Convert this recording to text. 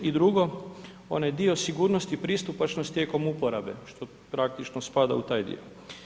I drugo, onaj dio sigurnosti i pristupačnosti tijekom uporabe što praktično spada u taj dio.